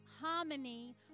harmony